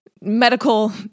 medical